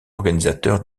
organisateurs